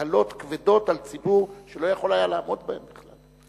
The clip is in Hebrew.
מטלות כבדות על ציבור שלא יכול היה לעמוד בהן בכלל.